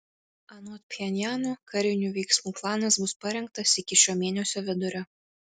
anot pchenjano karinių veiksmų planas bus parengtas iki šio mėnesio vidurio